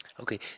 Okay